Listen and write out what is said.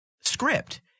script